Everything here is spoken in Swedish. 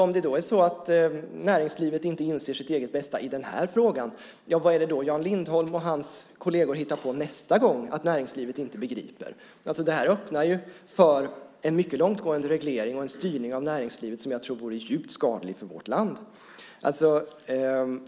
Om det är så att näringslivet inte inser sitt eget bästa i den här frågan, vad är det då Jan Lindholm och hans kolleger hittar på nästa gång att näringslivet inte begriper? Det här öppnar för en mycket långtgående reglering och en styrning av näringslivet som jag tror vore djupt skadlig för vårt land.